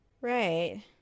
right